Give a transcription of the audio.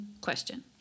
question